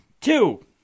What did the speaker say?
Two